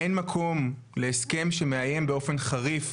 אין מקום להסכם שמאיים באופן חריף,